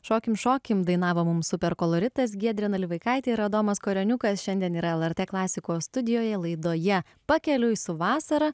šokim šokim dainavo mum super koloritas giedrė nalivaikaitė ir adomas koreniukas šiandien yra lrt klasikos studijoje laidoje pakeliui su vasara